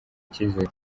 icyizere